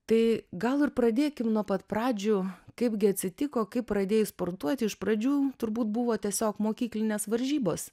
tai gal ir pradėkim nuo pat pradžių kaipgi atsitiko kaip pradėjai sportuoti iš pradžių turbūt buvo tiesiog mokyklinės varžybos